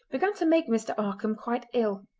began to make mr. markam quite ill.